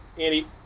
Andy